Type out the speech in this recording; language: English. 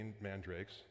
mandrakes